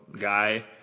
guy